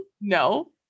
No